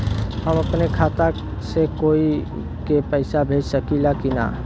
हम अपने खाता से कोई के पैसा भेज सकी ला की ना?